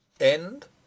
END